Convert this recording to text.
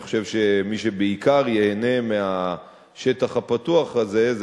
אני חושב שמי שבעיקר ייהנה מהשטח הפתוח הזה זה